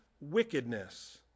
wickedness